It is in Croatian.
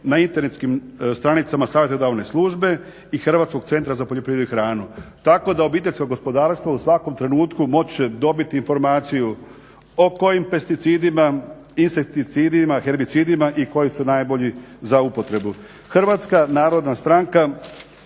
na internetskim stranicama savjetodavne službe i Hrvatskog centra za poljoprivredu i hranu tako da obiteljsko gospodarstvo u svakom trenutku moć će dobit informaciju o kojim pesticidima, insekticidima, herbicidima i koji su najbolji za upotrebu. Hrvatska narodna stranka